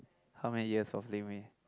how many years of